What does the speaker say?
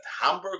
Hamburg